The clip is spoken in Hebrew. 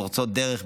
פורצי דרך,